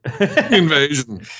Invasion